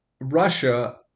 Russia